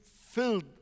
filled